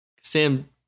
Sam